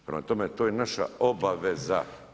Prema tome, to je naša obaveza.